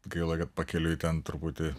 gaila kad pakeliui ten truputį